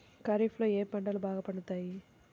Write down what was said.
ఖరీఫ్లో ఏ పంటలు బాగా పండుతాయి?